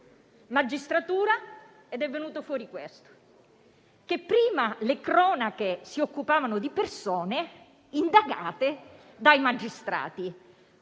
magistratura. Ed è venuto fuori questo: prima le cronache si occupavano di persone indagate dai magistrati;